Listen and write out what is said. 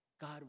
God